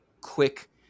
Quick